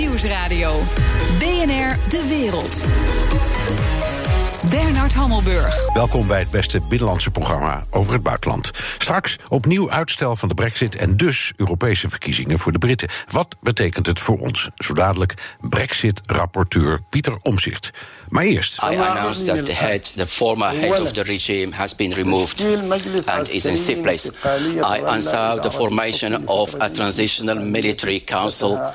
Nieuwsradio. BNR de wereld. Bernard Hammelburg. Welkom bij het beste binnenlandse programma over het buitenland. Straks opnieuw uitstel van de brexit en dus Europese verkiezingen voor de Britten. Wat betekent het voor ons? Zo dadelijk brexit-rapporteur Pieter Omtzigt. Maar eerst. I announced that the head- the former head of the regime has been removed and is in safe place. I announced the formation of a transitional military council